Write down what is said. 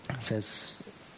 says